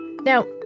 Now